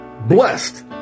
Blessed